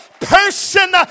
person